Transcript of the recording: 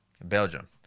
Belgium